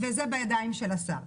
וזה בידיים של השר.